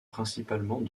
principalement